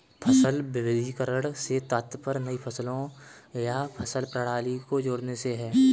फसल विविधीकरण से तात्पर्य नई फसलों या फसल प्रणाली को जोड़ने से है